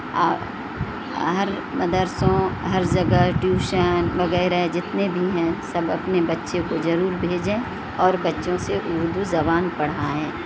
اور ہر مدرسوں ہر جگہ ٹیوشن وغیرہ جتنے بھی ہیں سب اپنے بچے کو ضرور بھیجیں اور بچوں سے اردو زبان پڑھائیں